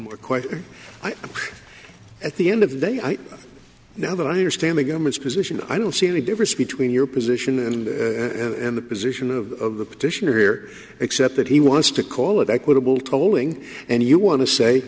more question at the end of the day i know but i understand the government's position i don't see any difference between your position and in the position of the petitioner here except that he wants to call it equitable tolling and you want to say